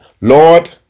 Lord